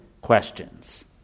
questions